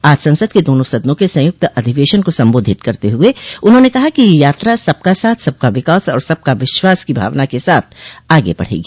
आज संसद के दोनों सदनों के संयुक्त अधिवेशन को संबोधित करते हुए उन्होंने कहा कि यह यात्रा सबका साथ सबका विकास और सबका विश्वास की भावना के साथ आगे बढ़ेगी